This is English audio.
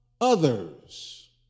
others